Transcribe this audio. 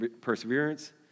perseverance